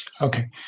Okay